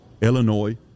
Illinois